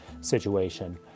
situation